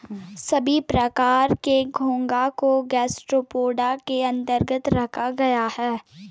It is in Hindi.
सभी प्रकार के घोंघा को गैस्ट्रोपोडा के अन्तर्गत रखा गया है